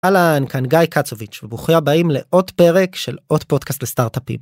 אהלן כאן גיא קצוביץ' וברוכים הבאים לעוד פרק של עוד פודקאסט לסטארטאפים.